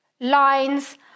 lines